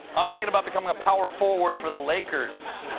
i'm thinking about becoming a power forward for the lakers.